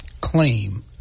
claim